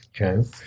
Okay